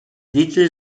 little